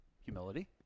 humility